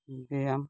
ᱵᱮᱭᱟᱢ